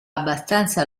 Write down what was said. abbastanza